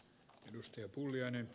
arvoisa puhemies